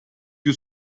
più